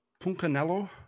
Puncanello